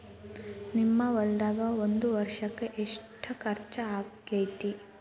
ನಿಮ್ಮ ಹೊಲ್ದಾಗ ಒಂದ್ ವರ್ಷಕ್ಕ ಎಷ್ಟ ಖರ್ಚ್ ಆಕ್ಕೆತಿ?